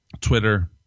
Twitter